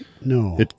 No